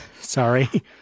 Sorry